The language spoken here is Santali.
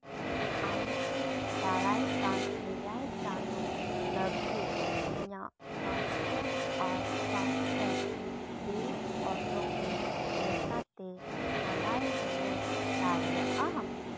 ᱟᱢᱠᱤ ᱫᱟᱨᱟᱭᱠᱟᱱ ᱮᱭᱟᱭ ᱪᱟᱸᱫᱳ ᱞᱟᱹᱜᱤᱫ ᱤᱧᱟᱹᱜ ᱯᱟᱥᱴᱮᱠ ᱟᱨ ᱯᱷᱟᱥᱴᱮᱠ ᱵᱤᱞ ᱚᱴᱳᱼᱯᱮ ᱞᱮᱠᱟᱛᱮ ᱦᱟᱞᱟ ᱨᱩᱣᱟᱹᱲ ᱫᱟᱲᱮᱭᱟᱜᱼᱟ